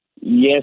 Yes